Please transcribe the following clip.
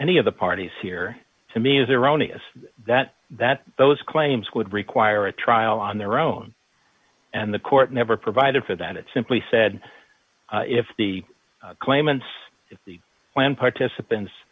any of the parties here to me is erroneous that that those claims would require a trial on their own and the court never provided for that it simply said if the claimants when participants